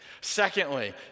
Secondly